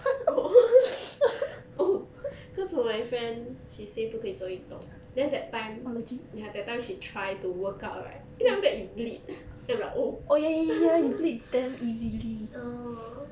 oh oh cause my friend she say 不可以做运动 then that time ya that time she try to work out right then after that it bleed then I'm like oh orh